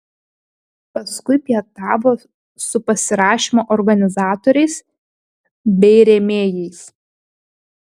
paskui pietavo su pasirašymo organizatoriais bei rėmėjais